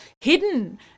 hidden